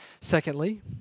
Secondly